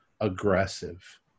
aggressive